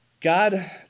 God